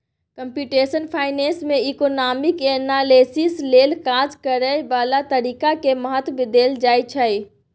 computational finance में economic analysis लेल काज करए बला तरीका के महत्व देल जाइ छइ